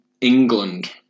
England